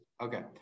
Okay